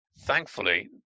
thankfully